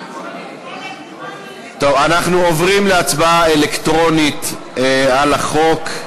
טוב, אנחנו עוברים להצבעה אלקטרונית על החוק.